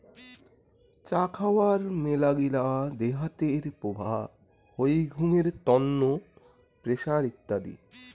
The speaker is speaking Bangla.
চা খাওয়ার মেলাগিলা দেহাতের প্রভাব হই ঘুমের তন্ন, প্রেসার ইত্যাদি